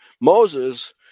Moses